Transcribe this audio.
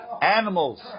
Animals